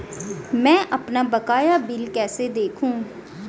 मैं अपना बकाया बिल कैसे देखूं?